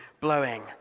blowing